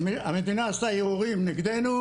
המדינה עשתה ערעורים נגדנו,